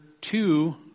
two